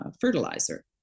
fertilizer